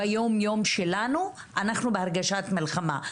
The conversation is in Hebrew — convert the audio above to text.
ביום-יום שלנו אנחנו בהרגשת מלחמה.